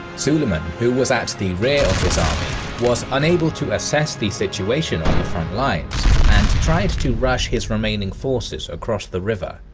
suleiman who was at the rear of his army was unable to assess the situation on the frontlines and tried to rush his remaining forces across the river.